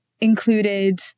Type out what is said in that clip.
included